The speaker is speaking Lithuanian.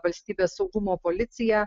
valstybės saugumo policija